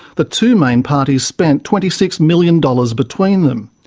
the two main parties spent twenty six million dollars between them.